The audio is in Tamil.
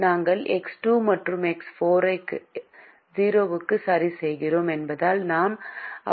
நாங்கள் X2 மற்றும் X4 ஐ 0 க்கு சரிசெய்கிறோம் என்பதால் நான் அவற்றை விட்டு விடுகிறேன்